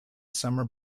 summer